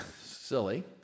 silly